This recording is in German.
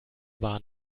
bahn